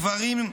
גברים,